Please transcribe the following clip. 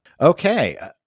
Okay